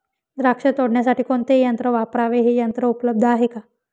द्राक्ष तोडण्यासाठी कोणते यंत्र वापरावे? हे यंत्र उपलब्ध आहे का?